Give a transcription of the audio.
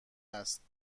است